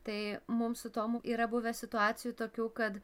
tai mum su tomu yra buvę situacijų tokių kad